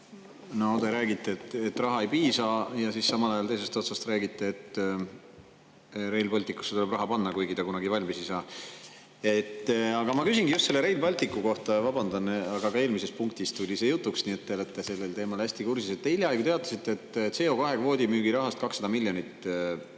Te räägite, et raha ei piisa, ja samal ajal teisest otsast räägite, et Rail Balticusse tuleb raha panna – kuigi see kunagi valmis ei saa. Ma küsingi just Rail Balticu kohta. Vabandan, aga ka eelmises punktis tuli see jutuks, nii et te olete selle teemaga hästi kursis. Te hiljaaegu teatasite, et CO2-kvoodi müügi rahast 200 miljonit